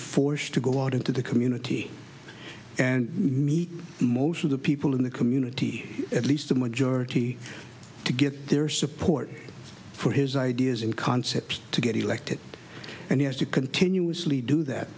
forced to go out into the community and meet most of the people in the community at least a majority to get their support for his ideas and concepts to get elected and he has to continuously do that